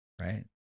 right